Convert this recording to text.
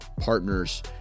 partners